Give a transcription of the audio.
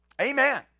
Amen